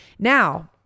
Now